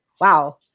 wow